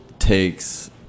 Takes